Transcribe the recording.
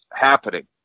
happening